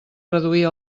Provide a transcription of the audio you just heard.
reduir